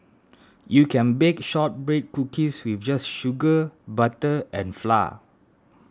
you can bake Shortbread Cookies with just sugar butter and flour